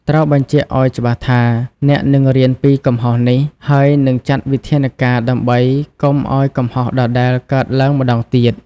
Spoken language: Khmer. ត្រូវបញ្ជាក់ឱ្យច្បាស់ថា អ្នកនឹងរៀនពីកំហុសនេះ ហើយនឹងចាត់វិធានការដើម្បីកុំឱ្យកំហុសដដែលកើតឡើងម្តងទៀត។